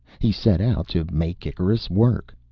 he set out to make icarus work.